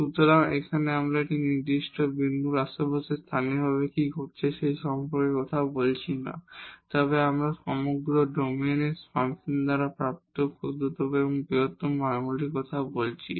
সুতরাং এখানে আমরা একটি নির্দিষ্ট বিন্দুর আশেপাশে স্থানীয়ভাবে কী ঘটছে সে সম্পর্কে কথা বলছি না তবে আমরা সমগ্র ডোমেনে ফাংশন দ্বারা প্রাপ্ত ক্ষুদ্রতম এবং বৃহত্তম মানগুলির কথা বলছি